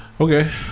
Okay